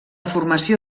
formació